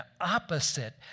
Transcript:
opposite